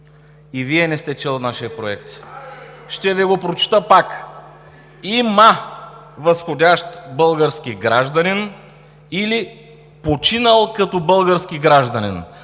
и Вие не сте чел нашия проект. Ще Ви го прочета пак: „Има възходящ български гражданин или починал като български гражданин“.